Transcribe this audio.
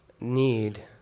need